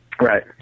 Right